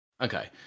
Okay